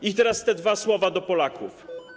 I teraz te dwa słowa do Polaków.